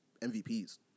MVPs